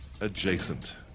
adjacent